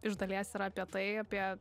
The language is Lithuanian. iš dalies yra apie tai apie